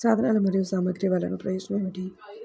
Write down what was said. సాధనాలు మరియు సామగ్రి వల్లన ప్రయోజనం ఏమిటీ?